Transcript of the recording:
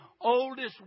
oldest